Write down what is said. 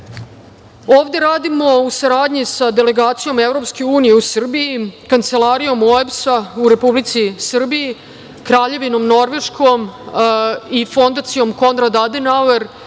radimo u saradnji sa delegacijom EU u Srbiji, Kancelarijom OEBS-a u Republici Srbiji, Kraljevinom Norveškom i Fondacijom „Konrad Adenauer“,